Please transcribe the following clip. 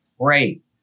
great